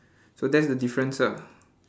so that's the difference ah